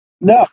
No